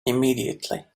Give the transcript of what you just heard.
immediately